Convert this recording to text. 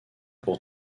pour